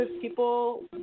people